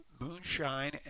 moonshine